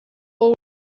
all